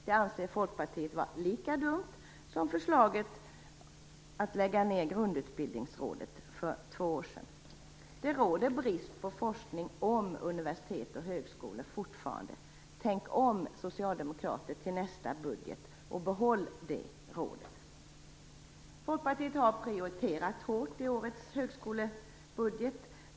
Det anser Folkpartiet vara lika dumt som förslaget att lägga ned grundutbildningsrådet för två sedan. Det råder brist på forskning om universitet och högskolor fortfarande. Tänk om, socialdemokrater, till nästa budget och behåll det rådet! Folkpartiet har prioriterat hårt i årets högskolebudget.